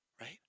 right